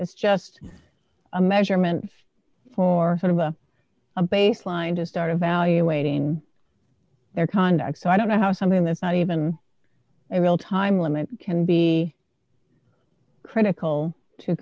it's just a measurement for into a baseline to start evaluating their conduct so i don't know how something that's not even a real time limit can be critical to